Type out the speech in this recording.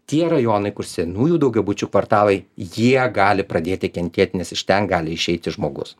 tie rajonai kur senųjų daugiabučių kvartalai jie gali pradėti kentėti nes iš ten gali išeiti žmogus